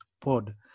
Pod